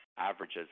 averages